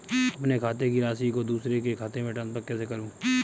अपने खाते की राशि को दूसरे के खाते में ट्रांसफर कैसे करूँ?